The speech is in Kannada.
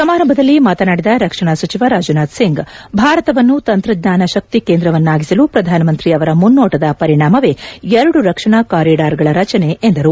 ಸಮಾರಂಭದಲ್ಲಿ ಮಾತನಾದಿದ ರಕ್ಷಣಾ ಸಚಿವ ರಾಜನಾಥ್ ಸಿಂಗ್ ಭಾರತವನ್ನು ತಂತ್ರಜ್ಞಾನ ಶಕ್ತಿ ಕೇಂದ್ರವನ್ನಾಗಿಸಲು ಮಾಡಲು ಪ್ರಧಾನಮಂತ್ರಿ ಅವರ ಮುನ್ನೋಣದ ಪರಿಣಾಮವೇ ಎರಡು ರಕ್ಷಣಾ ಕಾರಿಡಾರ್ಗಳ ರಚನೆ ಎಂದರು